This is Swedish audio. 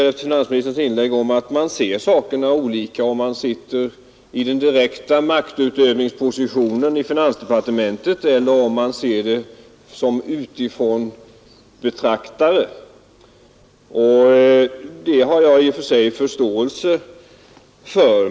Efter finansministerns inlägg blev jag övertygad om att den som sitter i den direkta maktutövningspositionen i finansdepartementet ser annorlunda på denna sak än den som betraktar frågan så att säga utifrån. Det har jag i och för sig förståelse för.